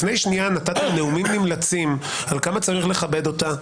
לפני שנייה נתתם נאומים נמלצים על כמה צריך לכבד אותה,